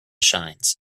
shines